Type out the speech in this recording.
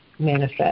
manifest